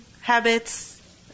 habits